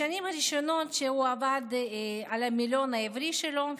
בשנים הראשונות שהוא עבד על המילון העברי שלו,